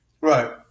Right